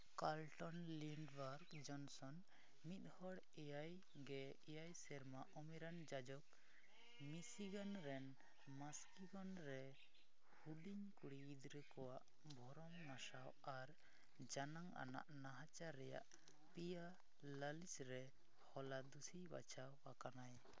Carlton Lindberg Johnson ᱢᱤᱫ ᱦᱚᱲ ᱮᱭᱟᱭ ᱜᱮ ᱮᱭᱟᱭ ᱥᱮᱨᱢᱟ ᱩᱢᱮᱨᱟᱱ ᱡᱟᱡᱚᱠ ᱢᱤᱥᱤ ᱜᱟᱱ ᱨᱮᱱ ᱢᱟᱥᱠᱤᱜᱚᱱ ᱨᱮ ᱦᱩᱰᱤᱧ ᱠᱩᱲᱤ ᱜᱤᱫᱽᱨᱟᱹ ᱠᱚᱣᱟᱜ ᱵᱷᱚᱨᱚᱢ ᱱᱟᱥᱟᱣ ᱟᱨ ᱡᱟᱱᱟᱝ ᱟᱱᱟᱜ ᱱᱟᱦᱟᱪᱟᱨ ᱨᱮᱭᱟᱜ ᱯᱮᱭᱟ ᱞᱟᱹᱞᱤᱥ ᱨᱮ ᱦᱚᱞᱟ ᱫᱩᱥᱤ ᱵᱟᱪᱷᱟᱣ ᱟᱠᱟᱱᱟᱭ